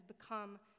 become